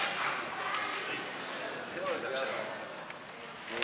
יש לכנסת הזאת המון